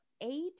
eight